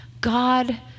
God